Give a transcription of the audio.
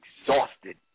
exhausted